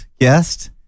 guest